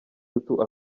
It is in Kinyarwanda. utu